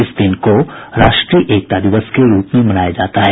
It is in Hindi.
इस दिन को राष्ट्रीय एकता दिवस के रूप में मनाया जाता है